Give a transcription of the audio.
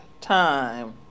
time